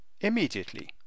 immediately